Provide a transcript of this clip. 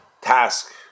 task